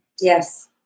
Yes